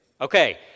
Okay